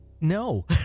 No